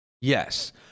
Yes